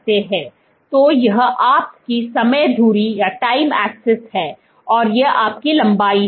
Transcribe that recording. तो यह आपकी समय धुरी है और यह आपकी लंबाई है